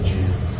Jesus